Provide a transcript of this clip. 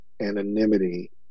anonymity